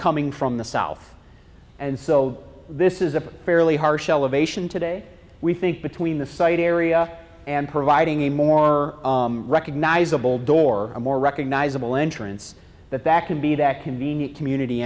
coming from the south and so this is a fairly harsh elevation today we think between the site area and providing a more recognizable door a more recognizable entrance that that can be that convenient community